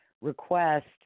request